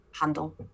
handle